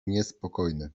niespokojny